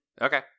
Okay